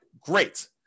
great